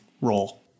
role